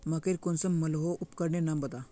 मकई कुंसम मलोहो उपकरनेर नाम बता?